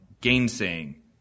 gainsaying